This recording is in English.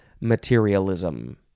materialism